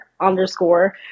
underscore